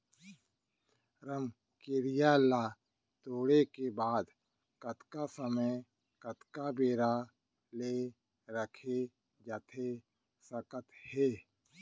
रमकेरिया ला तोड़े के बाद कतका समय कतका बेरा ले रखे जाथे सकत हे?